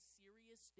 serious